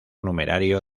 numerario